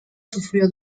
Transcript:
sufrió